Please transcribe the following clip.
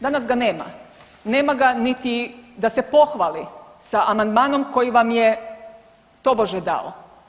Danas ga nema, nema ga niti da se pohvali sa amandmanom koji vam je tobože dao.